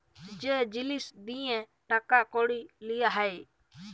যে জিলিস দিঁয়ে টাকা কড়ি লিয়া হ্যয়